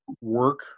work